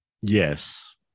yes